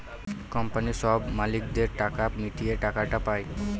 কোম্পানির সব মালিকদের টাকা মিটিয়ে টাকাটা পায়